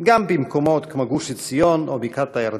גם במקומות כמו גוש-עציון ובקעת-הירדן.